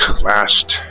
last